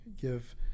give